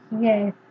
Yes